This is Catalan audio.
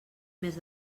més